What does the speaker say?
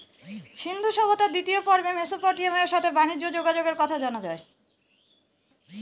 সিন্ধু সভ্যতার দ্বিতীয় পর্বে মেসোপটেমিয়ার সাথে বানিজ্যে যোগাযোগের কথা জানা যায়